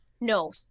No